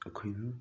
ꯑꯩꯈꯣꯏꯅ